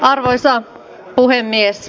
arvoisa puhemies